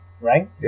Right